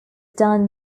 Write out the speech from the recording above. done